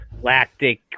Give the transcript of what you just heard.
lactic